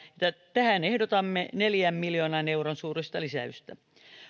tähän ehdotamme neljän miljoonan euron suuruista lisäystä